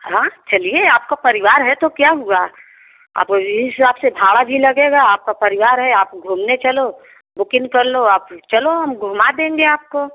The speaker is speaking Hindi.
हाँ चलिए आपका परिवार है तो क्या हुआ अब वही हिसाब से भाड़ा भी लगेगा आपका परिवार है आप घूमने चलो बुकिंग कर लो आप चलो हम घुमा देंगे आपको